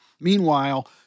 Meanwhile